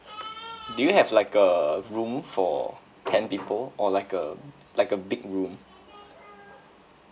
do you have like a room for ten people or like a like a big room